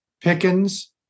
Pickens